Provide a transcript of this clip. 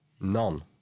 None